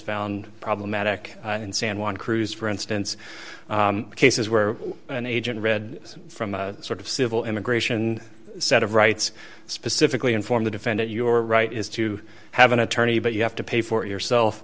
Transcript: found problematic in san juan cruz for instance cases where an agent read from a sort of civil immigration set of rights specifically inform the defendant your right is to have an attorney but you have to pay for it yourself